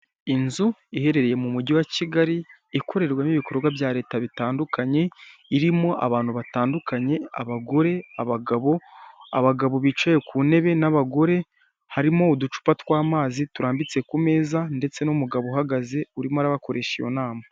Inzu iherereye mu Mujyi wa Kigali, ikorerwamo ibikorwa bya leta bitandukanye. Irimo abantu batandukanye: abagore, abagabo. Abagabo bicaye ku ntebe n'abagore. Harimo uducupa tw'amazi turambitse ku meza, ndetse n'umugabo urimo urabakoresha inama.